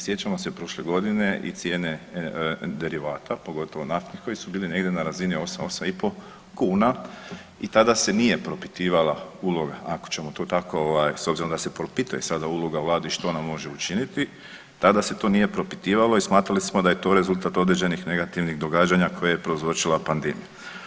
Sjećamo se prošle godine i cijene derivata, pogotovo nafte koji su bili negdje na razini 8, 8,5 kuna i tada se nije propitivala uloga, ako ćemo to tako, s obzirom da se propisuje sada uloga Vlade i što ona može učiniti, tada se to nije propitivalo i smatrali smo da je to rezultat određenih negativnih događanja koje je prouzročila pandemija.